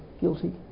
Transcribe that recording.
guilty